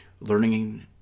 learning